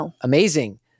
amazing